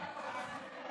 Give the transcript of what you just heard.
(תיקון,